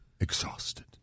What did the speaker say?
exhausted